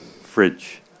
fridge